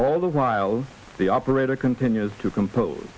all the while the operator continues to compose